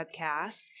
webcast